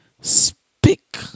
Speak